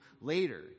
later